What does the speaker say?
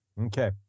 Okay